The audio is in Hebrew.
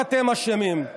לא רק אתם אשמים,